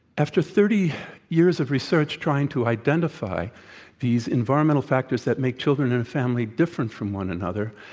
after thirty years of research trying to identify these environmental factors that make children and families different from one another,